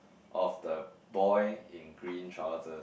of the boy in green trousers